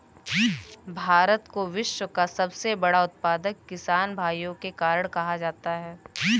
भारत को विश्व का सबसे बड़ा उत्पादक किसान भाइयों के कारण कहा जाता है